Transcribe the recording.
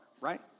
right